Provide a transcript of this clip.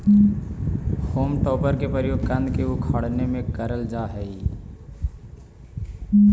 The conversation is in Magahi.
होम टॉपर के प्रयोग कन्द के उखाड़े में करल जा हई